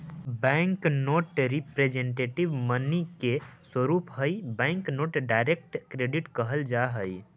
bank note representative money के स्वरूप हई बैंक नोट डायरेक्ट क्रेडिट कहल जा हई